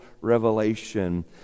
revelation